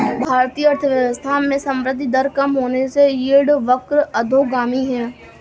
भारतीय अर्थव्यवस्था में संवृद्धि दर कम होने से यील्ड वक्र अधोगामी है